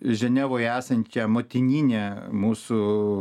ženevoje esančia motinine mūsų